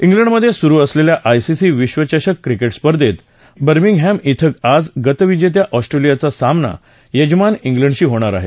िलंडमधे सुरु असलेल्या आयसीसी विश्वचषक क्रिकेट स्पर्धेत बर्मिंगहॅम िं आज गतविजेत्या ऑस्ट्रेलियाचा सामना यजमान िलंडशी होणार आहे